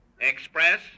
express